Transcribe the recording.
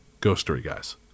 ghoststoryguys